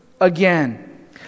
again